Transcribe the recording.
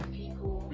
people